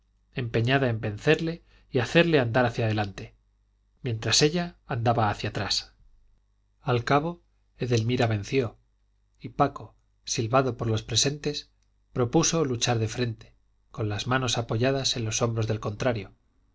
empeñada en vencerle y hacerle andar hacia adelante mientras ella andaba hacia atrás al cabo edelmira venció y paco silbado por los presentes propuso luchar de frente con las manos apoyadas en los hombros del contrario